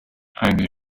eine